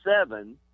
seven